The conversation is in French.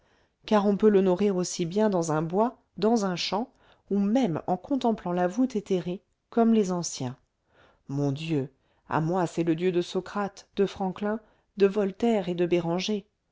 car on peut l'honorer aussi bien dans un bois dans un champ ou même en contemplant la voûte éthérée comme les anciens mon dieu à moi c'est le dieu de socrate de franklin de voltaire et de béranger